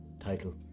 title